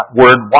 word